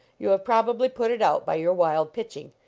you have probably put it out by your wild pitching.